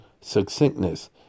succinctness